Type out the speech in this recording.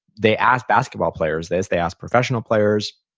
they asked basketball players this. they asked professional players,